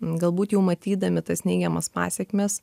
galbūt jau matydami tas neigiamas pasekmes